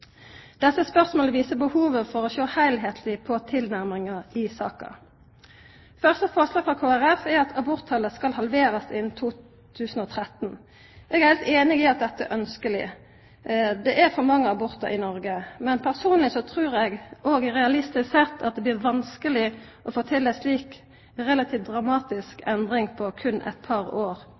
sjå heilskapleg på tilnærminga i saka. Eit forslag frå Kristeleg Folkeparti er at aborttala skal halverast innan 2013. Eg er heilt einig i at dette er ønskeleg. Det er for mange abortar i Noreg. Men personleg trur eg at det realistisk sett blir vanskeleg å få til ei slik relativt dramatisk endring på berre eit par år. Her er det også snakk om haldningsendringar, endring av seksualvanar, noko som vil ta meir enn to år.